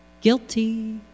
Guilty